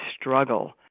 struggle